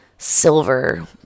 silver